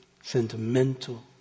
sentimental